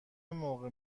موقع